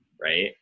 Right